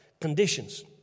conditions